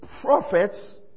prophets